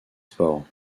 sports